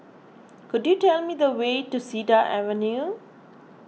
could you tell me the way to Cedar Avenue